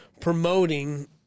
promoting